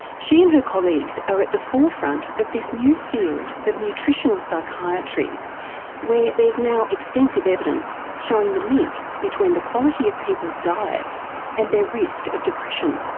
she and her colleagues are at the forefront of this new field of nutritional psychiatry where there's now extensive evidence showing the link between the quality of people's diets and their risk of depression.